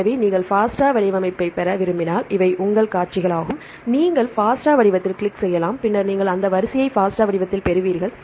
எனவே நீங்கள் FASTA வடிவமைப்பைப் பெற விரும்பினால் இவை உங்கள் காட்சிகளாகும் நீங்கள் FASTA வடிவத்தில் கிளிக் செய்யலாம் பின்னர் நீங்கள் அந்த வரிசையை FASTA வடிவத்தில் பெறுவீர்கள்